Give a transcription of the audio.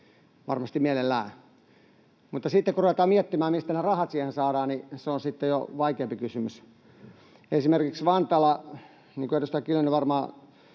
varmasti mielellään, mutta sitten kun ruvetaan miettimään, mistä ne rahat siihen saadaan, niin se on sitten jo vaikeampi kysymys. Esimerkiksi Vantaalla, niin kuin edustaja Kiljunen varmaan